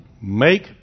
Make